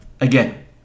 again